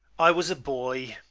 i was a boy,